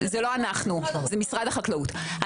זה לא אנחנו, זה משרד החקלאות.